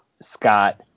Scott